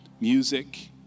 music